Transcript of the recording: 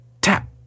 tap